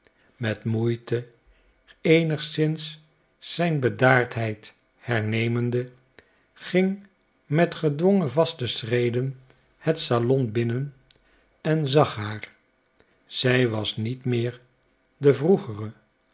met moeite eenigszins zijn bedaardheid hernemende ging met gedwongen vaste schreden het salon binnen en zag haar zij was niet meer de vroegere